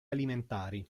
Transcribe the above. alimentari